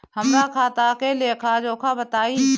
हमरा खाता के लेखा जोखा बताई?